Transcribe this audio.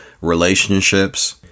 relationships